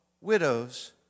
widows